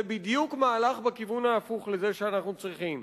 זה בדיוק מהלך בכיוון ההפוך לזה שאנחנו צריכים.